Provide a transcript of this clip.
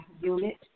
unit